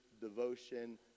devotion